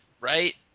right